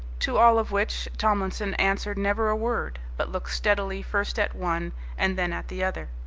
to all of which tomlinson answered never a word, but looked steadily first at one and then at the other.